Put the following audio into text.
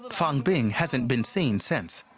fang bing hasn't been seen since.